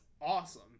awesome